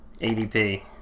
adp